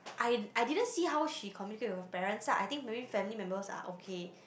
I I didn't see how she communicate with her parents lah I think maybe family members are okay